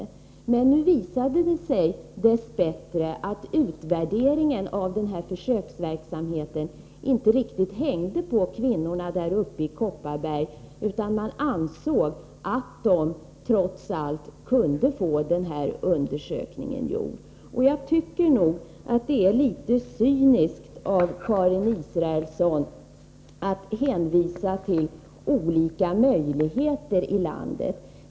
Det visade sig dess bättre att utvärderingen av denna försöksverksamhet inte riktigt hängde på kvinnorna i Kopparberg, utan man ansåg att de trots allt kunde få denna undersökning gjord. Jag tycker att det är litet cyniskt av Karin Israelsson att hänvisa till att det finns olika möjligheter i landet.